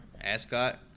Ascot